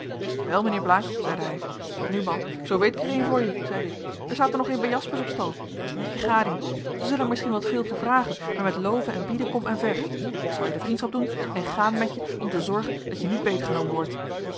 jawel mijnheer blaek zeide hij nu man zoo weet ik er een voor je zeide ik er staat er nog een bij jaspersz op stal dat is net je gading zij zullen er misschien wat veel voor vragen maar met loven en bieden komt men ver en ik zal je de vriendschap doen en gaan met je om te zorgen dat je niet beetgenomen wordt